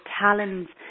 talents